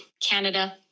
Canada